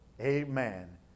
Amen